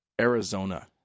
Arizona